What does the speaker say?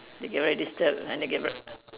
they get very disturbed and they get ver~